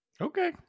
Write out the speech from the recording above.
Okay